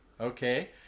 okay